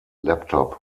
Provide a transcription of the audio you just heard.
laptop